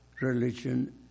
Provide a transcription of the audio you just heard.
religion